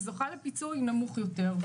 כמו הקבוצה החזקה ואף זוכה לפיצוי נמוך יותר.